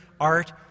art